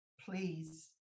Please